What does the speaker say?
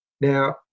Now